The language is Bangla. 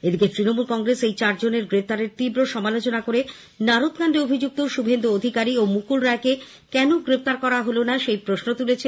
এদিকে তৃণমূল কংগ্রেস এই চারজনকে গ্রেপ্তারের তীব্র সমালোচনা করে নারদ কান্ডে অভিযুক্ত শুভেন্দু অধিকারী ও মুকুল রায়কে কেনো গ্রেফতার করা হলোনা সে প্রশ্নও তুলেছে